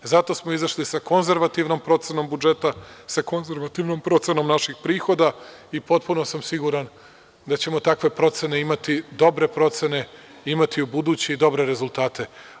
Zato smo izašli sa konzervativnom procenom budžeta, sa konzervativnom procenom naših prihoda i potpuno sam siguran da ćemo takve procene imati, dobre procene, imati ubuduće i dobre rezultate.